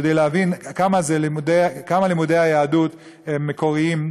כדי להבין כמה לימודי היהדות הם מקוריים,